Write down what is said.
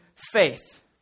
Faith